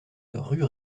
rue